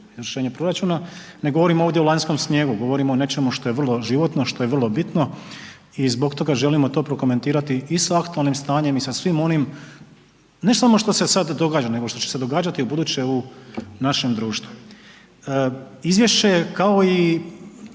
izvršenju proračuna, ne govorimo ovdje o lanjskom snijegu, gotovimo o nečemu što je vrlo životno, što je vrlo bitno i zbog toga želimo to prokomentirati i sa aktualnim stanjem i sa svim onim ne samo što se sada događa nego što će se događati ubuduće u našem društvu. Izvješće se